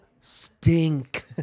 stink